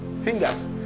fingers